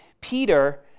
Peter